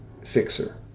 fixer